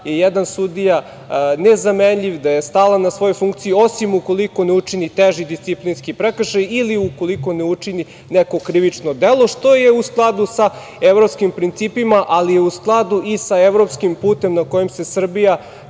je jedan sudija nezamenjiv, da je stalan na svojoj funkciji, osim ukoliko ne učini teži disciplinski prekršaj ili ukoliko ne učini neko krivično delo, što je u skladu sa evropskim principima, ali je u skladu i sa evropskim putem na kojem se Srbija